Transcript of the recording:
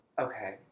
Okay